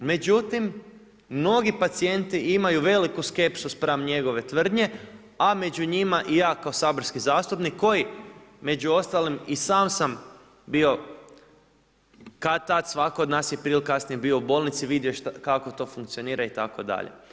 Međutim, mnogi pacijenti imaju veliku skepsu spram njegove tvrdnje a među njima i ja kao saborski zastupnik koji među ostalim i sam sam bio kada tad, svatko od nas je prije ili kasnije bio u bolnici i vidio kako to funkcionira itd.